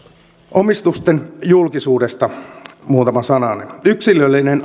omistusten julkisuudesta muutama sananen yksilöllinen